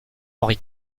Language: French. henri